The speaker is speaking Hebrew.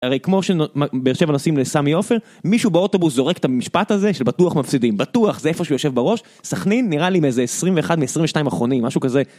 הרי כמו שבבאר שבע נוסעים לסמי עופר, מישהו באוטובוס זורק את המשפט הזה של בטוח מפסידים, בטוח, זה איפה שהוא יושב בראש, סכנין נראה לי מאיזה 21-22 אחרונים, משהו כזה.